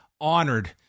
honored